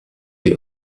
die